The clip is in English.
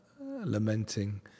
lamenting